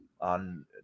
on